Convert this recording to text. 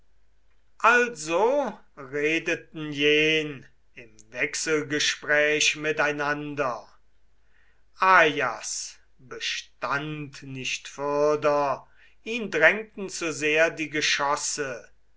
also redeten jen im wechselgespräch miteinander ajas bestand nicht fürder ihn drängten zu sehr die geschosse